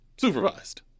supervised